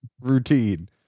routine